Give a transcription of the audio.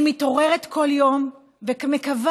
אני מתעוררת כל יום ומקווה,